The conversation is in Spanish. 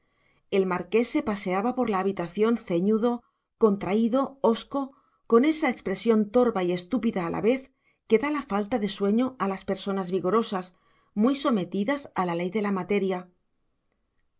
el marqués se paseaba por la habitación ceñudo contraído hosco con esa expresión torva y estúpida a la vez que da la falta de sueño a las personas vigorosas muy sometidas a la ley de la materia